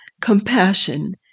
compassion